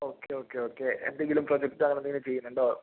okay okay okay എന്തെങ്കിലും പ്രൊജക്റ്റോ അങ്ങനെയെന്തെങ്കിലും ചെയ്യുന്നുണ്ടോ